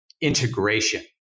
integration